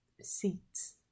seats